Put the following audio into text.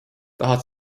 tahad